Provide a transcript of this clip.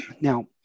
Now